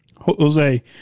Jose